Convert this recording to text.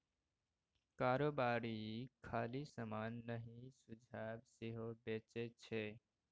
कारोबारी खाली समान नहि सुझाब सेहो बेचै छै